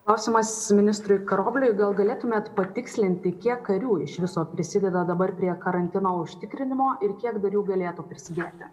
klausimas ministrui karobliui gal galėtumėt patikslinti kiek karių iš viso prisideda dabar prie karantino užtikrinimo ir kiek dar jų galėtų prisidėti